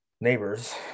neighbors